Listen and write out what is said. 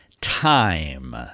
time